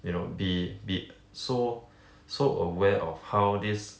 you know be be so so aware of how this